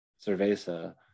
cerveza